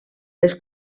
les